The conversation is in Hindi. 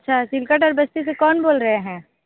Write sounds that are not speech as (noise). अच्छा (unintelligible) बस्ती से कौन बोल रहे हैं